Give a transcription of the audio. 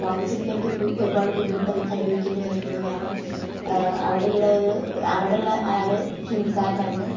അപ്പോൾ അവിടെ ചെന്നപ്പോൾ എനിക്ക് ഒരുപാട് ബുദ്ധിമുട്ട് അനുഭവിക്കേണ്ടി വന്നിട്ടുണ്ട് കാരണം അവിടെ ഉള്ളവര് അവിടെ ഉള്ള ആള് ഹിന്ദിക്കാരൻ ആയിരുന്നു